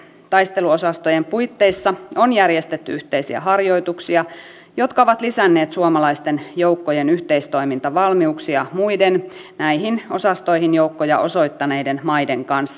taisteluosastojen puitteissa on järjestetty yhteisiä harjoituksia jotka ovat lisänneet suomalaisten joukkojen yhteistoimintavalmiuksia muiden näihin osastoihin joukkoja osoittaneiden maiden kanssa